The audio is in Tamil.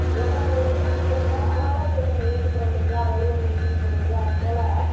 இலக்கண முறைப்படி குற்றம்தான் ஆனாலும் அதை நம்ம ஏற்றுக்குறோம் இல்லைங்களா வலுவமைதின்னு சொல்கிறோம் இல்லையா அதுபோல